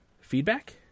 Feedback